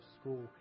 school